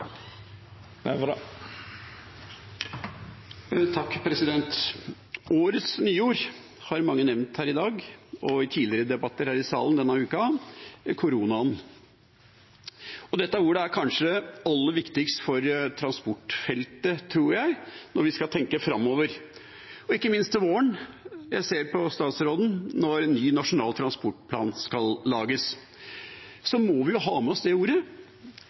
aller viktigst for transportfeltet, tror jeg, når vi skal tenke framover. Ikke minst til våren – jeg ser på statsråden – når ny nasjonal transportplan skal lages, må vi jo ha med oss det ordet.